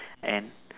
and